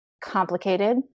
complicated